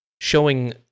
showing